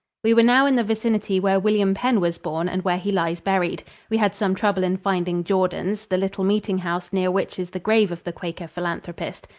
we were now in the vicinity where william penn was born and where he lies buried. we had some trouble in finding jordans, the little meeting-house near which is the grave of the quaker philanthropist.